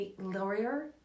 lawyer